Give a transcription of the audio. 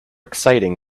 exciting